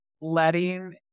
letting